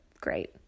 great